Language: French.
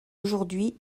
aujourd’hui